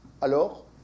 Alors